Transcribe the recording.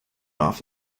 off